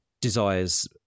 desires